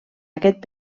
aquest